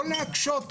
לא להקשות,